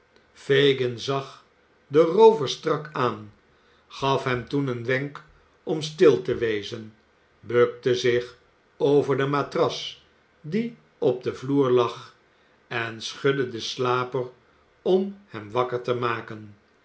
fagin zag den roover strak aan gaf hem toen een wenk om stil te wezen bukte zich over de matras die op den vloer lag en schudde den slaper om hem wakker te maken